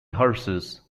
horses